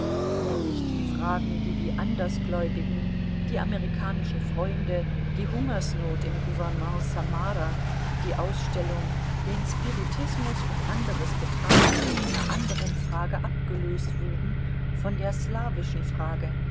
nämlich die fragen die die andersgläubigen die amerikanischen freunde die hungersnot im gouvernement samara die ausstellung den spiritismus und anderes betrafen von einer anderen frage abgelöst wurden von der slawischen frage